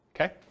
okay